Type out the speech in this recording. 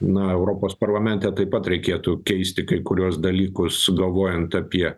na europos parlamente taip pat reikėtų keisti kai kuriuos dalykus galvojant apie